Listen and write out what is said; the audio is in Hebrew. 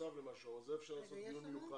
לעשות על זה דיון מיוחד,